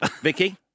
Vicky